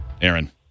Aaron